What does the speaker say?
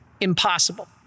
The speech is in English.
Impossible